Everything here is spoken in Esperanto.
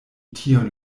tion